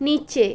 নিচে